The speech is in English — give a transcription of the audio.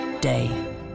day